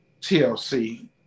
TLC